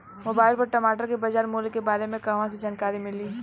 Mobile पर टमाटर के बजार मूल्य के बारे मे कहवा से जानकारी मिली?